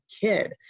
kid